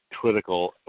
critical